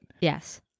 Yes